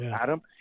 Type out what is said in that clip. Adam